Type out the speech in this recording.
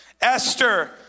Esther